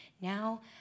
Now